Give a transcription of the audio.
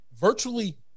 virtually